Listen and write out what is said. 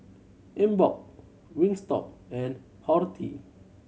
Emborg Wingstop and Horti